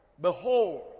Behold